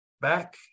back